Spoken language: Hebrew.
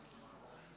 ההצבעה: